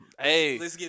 Hey